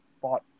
fought